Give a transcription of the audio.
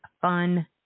fun